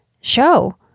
show